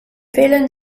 willen